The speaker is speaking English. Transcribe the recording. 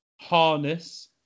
Harness